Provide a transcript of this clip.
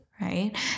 right